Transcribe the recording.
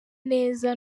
neza